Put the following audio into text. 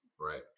Right